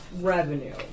revenue